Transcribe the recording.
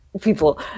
people